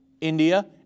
India